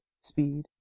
speed